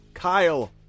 Kyle